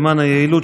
למען היעילות,